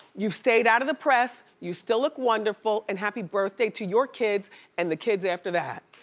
you've stayed out of the press, you still look wonderful, and happy birthday to your kids and the kids after that.